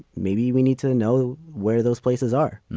maybe we need to know where those places are.